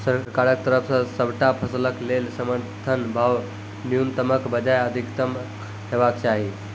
सरकारक तरफ सॅ सबटा फसलक लेल समर्थन भाव न्यूनतमक बजाय अधिकतम हेवाक चाही?